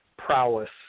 prowess